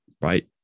right